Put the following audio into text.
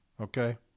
okay